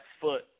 foot